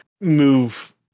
move